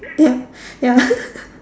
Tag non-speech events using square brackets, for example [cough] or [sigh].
ya ya [laughs]